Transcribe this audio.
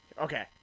Okay